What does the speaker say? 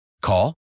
Call